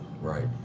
Right